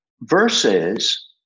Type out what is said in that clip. Versus